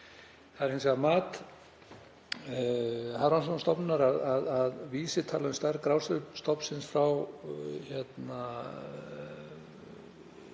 Það er hins vegar mat